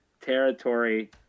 territory